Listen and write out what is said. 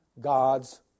God's